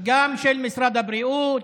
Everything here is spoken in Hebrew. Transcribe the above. גם של משרד הבריאות,